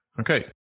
Okay